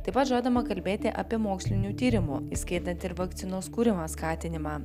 taip pat žadama kalbėti apie mokslinių tyrimų įskaitant ir vakcinos kūrimo skatinimą